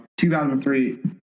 2003